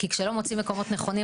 כי כשלא מוצאים מקומות נכונים,